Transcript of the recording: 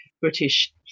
British